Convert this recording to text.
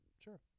Sure